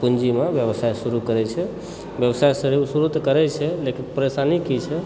पूँजीमे व्यवसाय शुरू करय छै व्यवसाय तऽ शुरू करय छै लेकिन परेशानी की छै